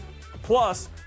Plus